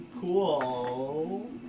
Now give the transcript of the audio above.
cool